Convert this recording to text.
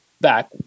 back